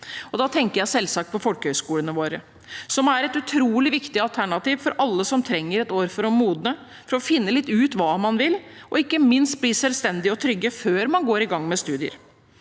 Da tenker jeg selvsagt på folkehøyskolene våre, som er et utrolig viktig alternativ for alle som trenger et år for å modne, for å finne litt ut hva man vil, og ikke minst bli selvstendige og trygge før man går i gang med studier.